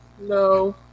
no